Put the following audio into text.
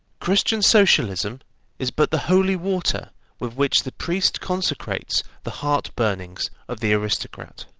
christian socialism is but the holy water with which the priest consecrates the heart-burnings of the aristocrat.